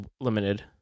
limited